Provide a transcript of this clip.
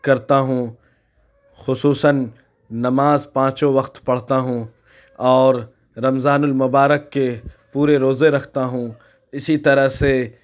کرتا ہوں خصوصاً نماز پانچوں وقت پڑھتا ہوں اور رمضان المبارک کے پورے روزے رکھتا ہوں اِسی طرح سے